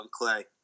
clay